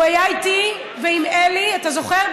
הוא היה אתי ועם אלי, אתה זוכר?